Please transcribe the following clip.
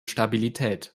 stabilität